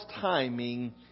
timing